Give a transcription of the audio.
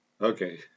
Okay